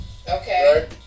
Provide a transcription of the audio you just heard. Okay